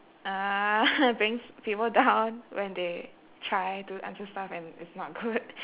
uh brings people down when they try to answer stuff and it's not good